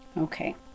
Okay